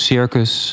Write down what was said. Circus